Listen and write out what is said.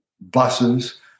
buses